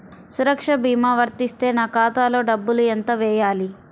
సురక్ష భీమా వర్తిస్తే నా ఖాతాలో డబ్బులు ఎంత వేయాలి?